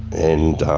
and